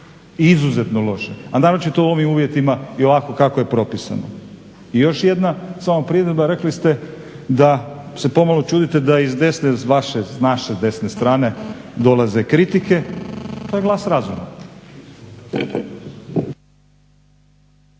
izuzetno loše, a naročito u ovim uvjetima i ovako kako je propisano. I još jedna samo primjedba, rekli ste da se pomalo čudite da iz desne naše desne strane dolaze kritike, to je glas razuma.